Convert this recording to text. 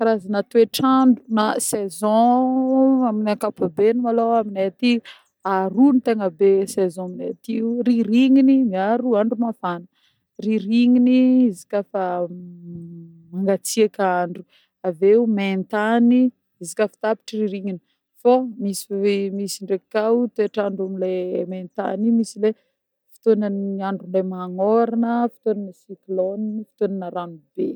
Karazagna toetr'andro na saison amin'ny ankapobeny malôha amineh aty aroa ny tegna be saison amineh aty io: ririgniny miaro andro mafana, ririgniny izy koà fa mangatsieka andro avy eo main-tagny izy koà fa tapitry ririgniny fô misy misy ndreky koà toetr'andro amin'le main-tagny igny misy le fotoanan'ny andro le magnôragna, fotoanana cyclone, fotoanana rano be.